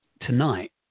tonight